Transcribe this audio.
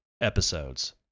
episodes